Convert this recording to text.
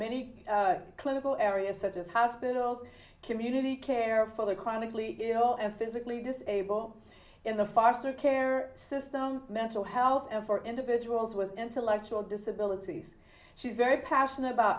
clinical areas such as hospitals community care for the chronically ill and physically disabled in the foster care system mental health care for individuals with intellectual disabilities she's very passionate about